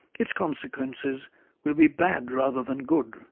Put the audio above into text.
its consequences will be bad rather than good,